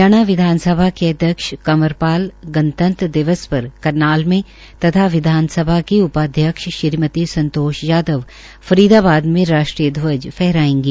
हरियाणा विधानसभा के अध्यक्ष श्री कंवर पाल गणतन्त्र दिवस पर करनाल में तथा विधानसभा की उपाध्यक्ष श्रीमती संतोष यादव फरीदाबाद में राष्ट्रीय ध्वज फहराएंगी